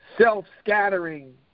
Self-scattering